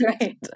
right